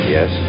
Yes